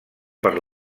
per